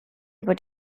über